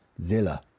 Zilla